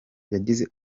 yagize